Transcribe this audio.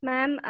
Ma'am